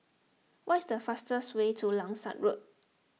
what is the fastest way to Langsat Road